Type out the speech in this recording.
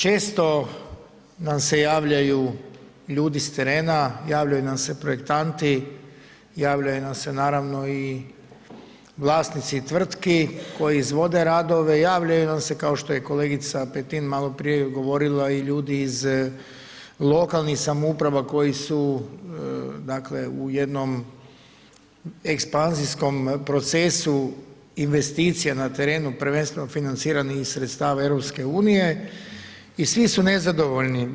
Često nam se javljaju ljudi s terena, javljaju nam se projektanti, javljaju nam se naravno vlasnici i tvrtki koji izvode radove, javljaju nam se kao što je kolegica Petin malo prije govorila i ljudi iz lokalnih samouprava koji su dakle u jednom ekspanzijskom procesu investicija na terenu prvenstveno financirani iz sredstava EU i svi su nezadovoljni.